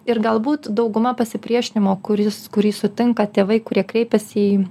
ir galbūt dauguma pasipriešinimo kuris kurį sutinka tėvai kurie kreipiasi į